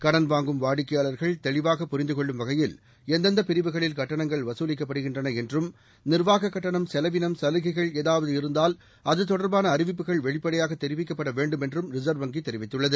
கடன் வாங்கும் வாடிக்கையாளர்கள் தெளிவாக புரிந்துகொள்ளும் வகையில் எந்தெந்தபிரிவுகளில் கட்டணங்கள் வசூலிக்கப்படுகின்றனஎன்றும் நிர்வாககட்டணம் செலவினம் சலுகைகள் ஏதாவது இருந்தால் அதுதொடர்பானஅறிவிப்புகள் வெளிப்படையாகதெரிவிக்கப்படவேண்டும் என்றும் ரிசர்வ் வங்கிதெரிவித்துள்ளது